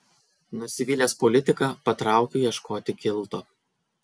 nusivylęs politika patraukiu ieškoti kilto